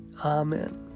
Amen